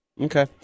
Okay